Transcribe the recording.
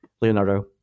Leonardo